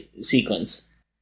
sequence